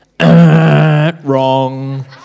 Wrong